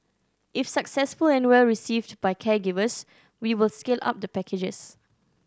if successful and well received by caregivers we will scale up the packages